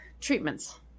treatments